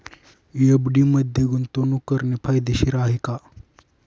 FD मध्ये गुंतवणूक करणे फायदेशीर आहे का?